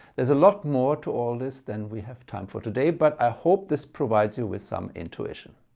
there's a lot more to all this than we have time for today, but i hope this provides you with some intuition.